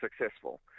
successful